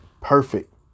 perfect